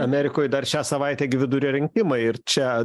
amerikoj dar šią savaitę gi vidurio rinkimai ir čia